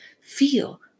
Feel